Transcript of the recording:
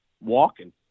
walking